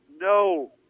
No